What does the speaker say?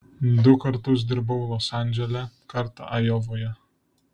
du kartus dirbau los andžele kartą ajovoje